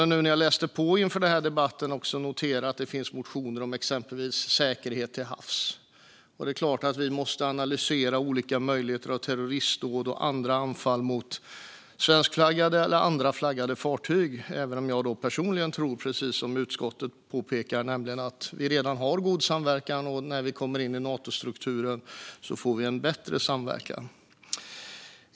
När jag läste på inför denna debatt noterade jag att det finns motioner om exempelvis säkerhet till havs. Och det är klart att vi måste analysera olika möjligheter när det gäller terroristdåd och andra anfall mot svenskflaggade fartyg eller fartyg med annan flagg, även om jag personligen tror, precis som utskottet påpekar, att vi redan har god samverkan. Och när vi kommer in i Natostrukturen får vi en bättre samverkan.